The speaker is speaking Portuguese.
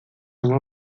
uma